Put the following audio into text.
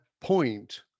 point